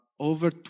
over